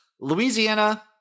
Louisiana